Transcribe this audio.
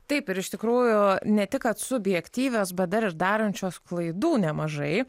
taip ir iš tikrųjų ne tik kad subjektyvios bet dar ir darančios klaidų nemažai